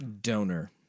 Donor